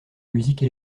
musique